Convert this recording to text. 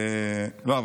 לא,